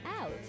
out